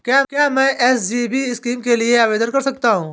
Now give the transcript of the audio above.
क्या मैं SGB scheme के लिए आवेदन कर सकता हूँ?